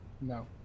No